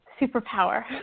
superpower